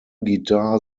guitar